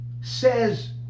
Says